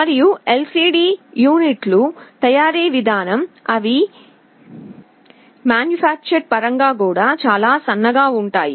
మరియు ఎల్సిడి యూనిట్ల తయారీ విధానం లో అవి ఫారమ్ ఫ్యాక్టర్ పరంగా చూసినపుడు చాలా సన్నగా ఉంటాయి